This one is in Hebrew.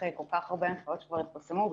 אחרי כל כך הרבה הנחיות שכבר התפרסמו,